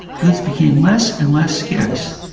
goods became less and less scarce,